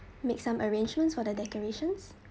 make some arrangements for the decorations